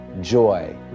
joy